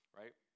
right